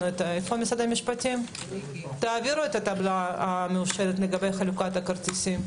את הטבלה המאושרת לגבי חלוקת הכרטיסים.